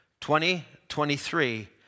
2023